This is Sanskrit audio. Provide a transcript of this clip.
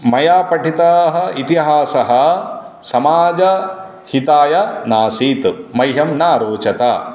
मया पठितः इतिहासः समाजहिताय नासीत् मह्यं न रोचते